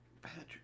Patrick